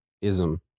ism